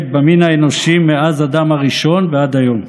במין האנושי מאז אדם הראשון ועד היום.